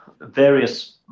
various